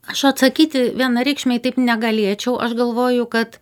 aš atsakyti vienareikšmiai taip negalėčiau aš galvoju kad